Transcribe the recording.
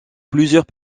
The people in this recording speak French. plusieurs